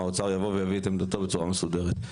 האוצר יבוא ויביא את עמדתו בצורה מסודרת.